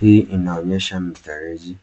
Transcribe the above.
Hii inaonyesha mfereji